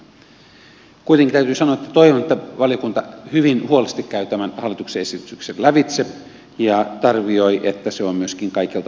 kuitenkin täytyy sanoa että toivon että valiokunta hyvin huolellisesti käy tämän hallituksen esityksen lävitse ja arvioi että se on myöskin kaikilta osin tarkoituksenmukainen